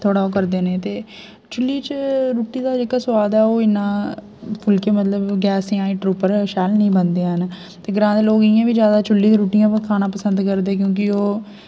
थोह्ड़ा ओह् करदे ने ते चुल्ली च रुट्टी दा जेह्का स्वाद ऐ ओह् इन्ना फुलके मतलब गैस जां हीटर उप्पर शैल नेईं बन्नदे हैन ते ग्रांऽ दे लोक इं'या बी जादा चुल्ली दी रूटिया खाना पसंद करदे क्योंकि ओह्